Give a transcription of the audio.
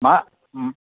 ம்